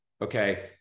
okay